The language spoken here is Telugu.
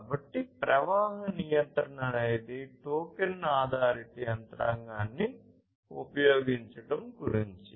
కాబట్టి ప్రవాహ నియంత్రణ అనేది టోకెన్ ఆధారిత యంత్రాంగాన్ని ఉపయోగించడం గురించి